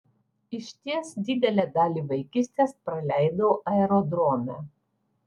išties didelę dalį vaikystės praleidau aerodrome